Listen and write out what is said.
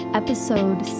episode